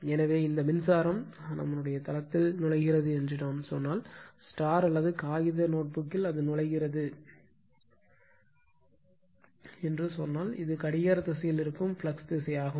எனவே இந்த மின்சாரம் தளத்தில் நுழைகிறது என்று நான் சொன்னால் அல்லது காகித நோட்புக்கில் அது நுழைகிறது என்று சொன்னால் இது கடிகார திசையில் இருக்கும் ஃப்ளக்ஸ் திசையாகும்